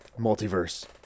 multiverse